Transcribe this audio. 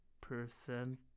percent